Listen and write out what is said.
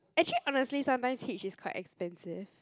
actually honestly sometimes hitch is quite expensive